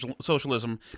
socialism